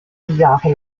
jahre